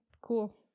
Cool